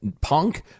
punk